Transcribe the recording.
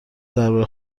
درباره